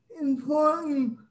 important